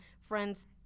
friends